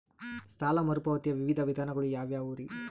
ಸಾಲ ಮರುಪಾವತಿಯ ವಿವಿಧ ವಿಧಾನಗಳು ಯಾವ್ಯಾವುರಿ?